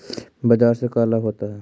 बाजार से का लाभ होता है?